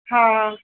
हा